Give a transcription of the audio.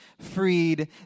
freed